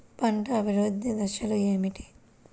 పంట అభివృద్ధి దశలు ఏమిటి?